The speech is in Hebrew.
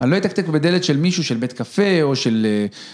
אני לא אטקטק בדלת של מישהו של בית קפה או של...